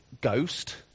ghost